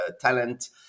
talent